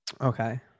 Okay